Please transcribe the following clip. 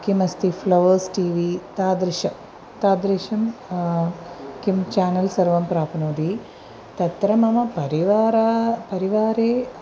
किमस्ति flowers TV तादृशं तादृशं किं चानल् सर्वं प्राप्नोति तत्र मम परिवारः परिवारे